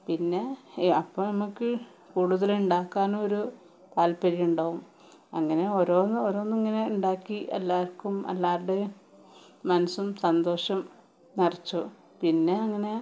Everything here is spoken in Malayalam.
പിന്നെ അപ്പം നമുക്ക് കൂട്തലുണ്ടാക്കാനൊരു താത്പര്യവും ഉണ്ടാകും അങ്ങനെ ഓരോന്ന് ഓരോന്നിങ്ങനെ ഉണ്ടാക്കി എല്ലാവർക്കും എല്ലാവരുടെയും മനസ്സും സന്തോഷവും നിറച്ചു പിന്നെ അങ്ങനെ